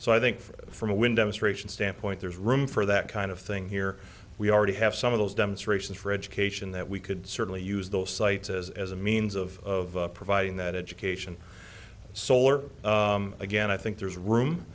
so i think from a windows ration standpoint there's room for that kind of thing here we already have some of those demonstrations for education that we could certainly use those sites as as a means of providing that education solar again i think there's room